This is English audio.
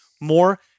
more